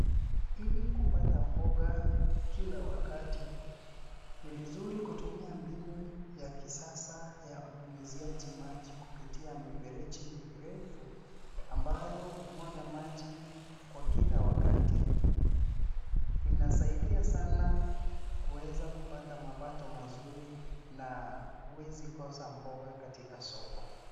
Ili kupata mboga kila wakati ni vizuri kutumia mbinu ya kisasa ya unyunyuziaji maji kupitia mifereji mirefu ambayo humwaga maji kwa kila wakati. Inasaidia sana kuweza kupata mapato mazuri na huwezi kosa mboga katika soko.